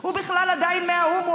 הוא בכלל עדיין מהאו"ם,